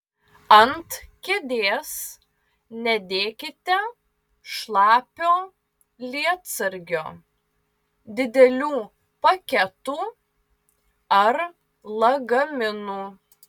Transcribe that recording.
ant kėdės nedėkite šlapio lietsargio didelių paketų ar lagaminų